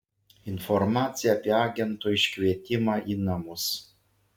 informacija apie agento iškvietimą į namus